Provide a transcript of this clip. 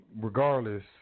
regardless